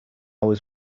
was